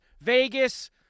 Vegas –